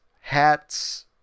hats